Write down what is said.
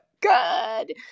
good